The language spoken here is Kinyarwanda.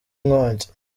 inkongi